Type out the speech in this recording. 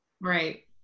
Right